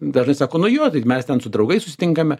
dažnai sako nu jo tai mes ten su draugais susitinkame